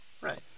Right